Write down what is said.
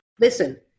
Listen